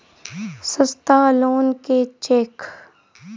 सस्ता लोन केँ छैक